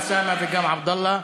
גם אוסאמה וגם עבדאללה,